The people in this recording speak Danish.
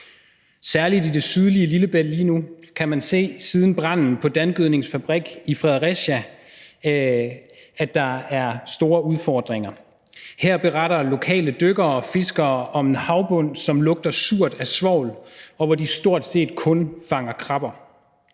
Særlig i det sydlige Lillebælt har man siden branden på Dangødnings fabrik i Fredericia kunnet se, at der er store udfordringer. Her beretter lokale dykkere og fiskere om en havbund, som lugter surt af svovl, og hvor de stort set kun fanger krabber.